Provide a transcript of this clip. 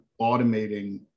automating